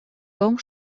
том